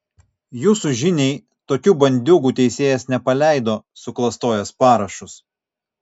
jūsų žiniai tokių bandiūgų teisėjas nepaleido suklastojęs parašus